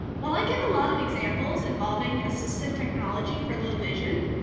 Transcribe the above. while i give a lot of examples involving assistive technology for low vision,